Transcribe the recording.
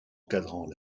encadrant